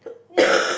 ya